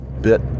bit